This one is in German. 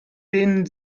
denen